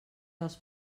dels